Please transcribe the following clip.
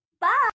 Bye